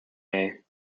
may